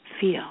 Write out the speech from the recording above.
feel